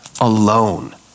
alone